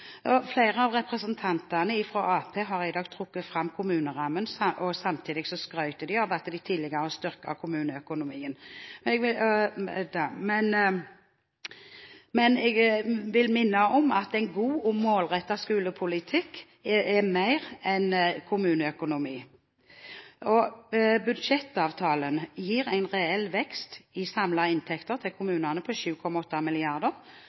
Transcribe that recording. gjorde. Flere av representantene fra Arbeiderpartiet har i dag trukket fram kommunerammen, og samtidig skrøt de av at de tidligere styrket kommuneøkonomien. Men jeg vil minne om at en god og målrettet skolepolitikk er mer enn kommuneøkonomi, og budsjettavtalen gir en reell vekst i samlede inntekter til